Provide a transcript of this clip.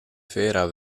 vera